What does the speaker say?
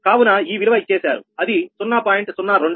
కనుక ఈ విలువ ఇచ్చేశారు అది 0